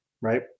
right